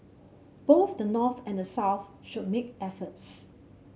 both the North and the South should make efforts